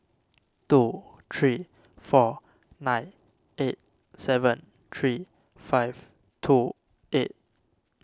two three four nine eight seven three five two eight